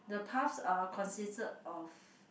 the paths are consisted of